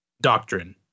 doctrine